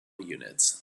units